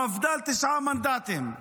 המפד"ל, תשעה מנדטים.